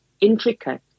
intricate